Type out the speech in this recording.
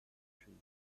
trees